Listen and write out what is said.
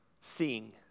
seeing